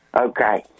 okay